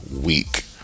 week